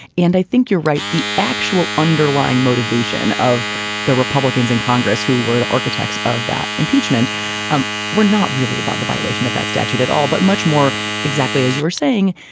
and i think you're right, the actual underlying motivation of the republicans in congress who were the architects of that impeachment um were not really about the violation of that statute at all, but much more exactly as you were saying.